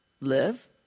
live